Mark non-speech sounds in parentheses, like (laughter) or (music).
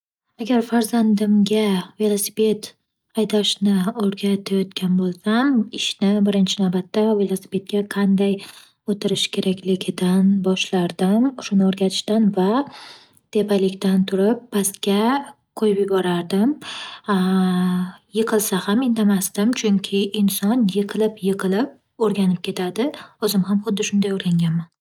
Agar farzandimga velosiped haydashni o'rgatyotgan bo'lsam, ishni birinchi navbatda velosipedga qanday o'tirish kerakligidan boshlardim shuni o'rgatishdan va tepalikdan turib pastga qo'yib yuborardim. (hesitation) Yiqilsa ham indamasdim, chunki inson yiqilib-yiqilib o'rganib ketadi. O'zim ham xuddi shunday o'rganganman.